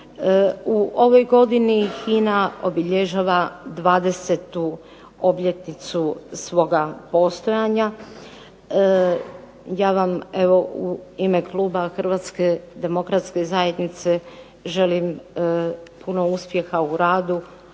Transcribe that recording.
U ovoj godini HINA obilježava 20-tu obljetnicu svoga postojanja. Ja vam evo u ime kluba HDZ-a želim puno uspjeha u radu